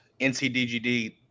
NCDGD